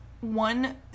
One